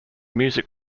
music